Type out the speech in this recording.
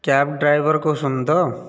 cab driver କହୁଛନ୍ତି ତ